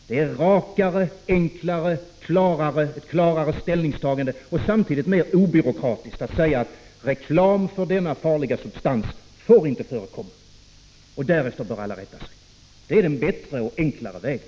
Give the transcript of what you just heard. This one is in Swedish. Det är rakare, enklare, ett klarare ställningstagande och samtidigt mer obyråkratiskt att säga att reklam för denna farliga substans får inte förekomma, och det måste alla rätta sig efter. Det är den bättre och enklare vägen.